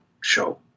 show